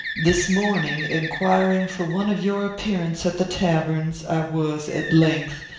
this morning, inquiring for one of your appearance at the taverns, i was, at length,